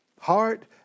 heart